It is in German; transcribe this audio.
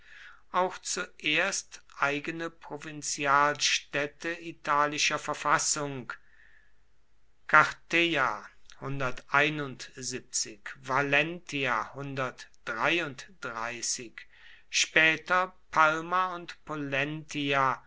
auch zuerst eigene provinzialstädte italischer verfassung später palma und pollentia